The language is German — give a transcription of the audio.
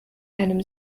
einem